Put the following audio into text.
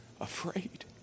afraid